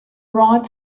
right